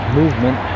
movement